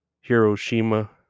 hiroshima